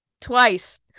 Twice